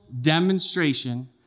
demonstration